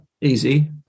easy